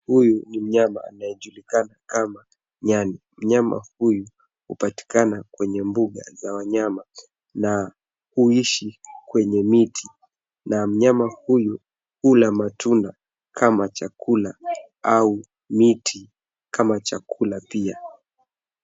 Huyu ni mnyama anyejulikana kama nyani mnyama huyu hupatikana kwenye mbuga la wanyama na huishi kwenye miti na mnyama huyu hula matunda kama chakula au miti kama chakula pia.